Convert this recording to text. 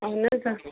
اَہن حظ